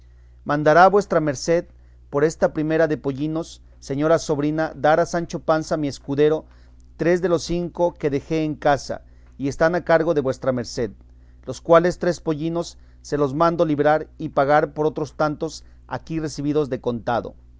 mandará vuestra merced por esta primera de pollinos señora sobrina dar a sancho panza mi escudero tres de los cinco que dejé en casa y están a cargo de vuestra merced los cuales tres pollinos se los mando librar y pagar por otros tantos aquí recebidos de contado